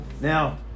Now